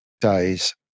days